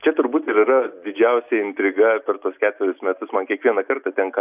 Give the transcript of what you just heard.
čia turbūt ir yra didžiausia intriga per tuos ketverius metus man kiekvieną kartą tenka